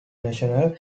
national